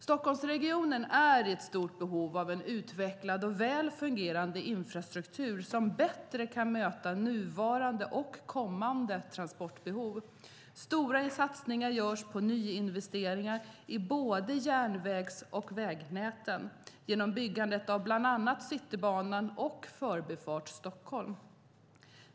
Stockholmsregionen är i stort behov av en utvecklad och väl fungerande infrastruktur som bättre kan möta nuvarande och kommande transportbehov. Stora satsningar görs på nyinvesteringar i både järnvägs och vägnäten genom byggandet av bland annat Citybanan och Förbifart Stockholm.